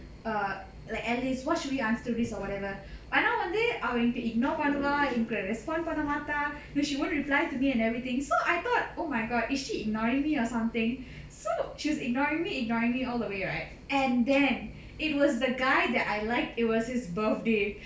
err like alice what should we answer this or whatever but அனா வந்து அவ என்கிட்ட:ana vandhu ava enkitta ignore பண்ணுவா எனக்கு:paanuva enakku respond பண்ண மாட்டா:panna maatta then she won't reply to me and everything so I thought oh my god is she ignoring me or something so she was ignoring me ignoring me all the way right and then it was the guy that I liked it was his birthday